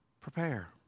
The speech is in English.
Prepare